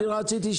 לא רציתי לשאול.